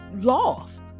lost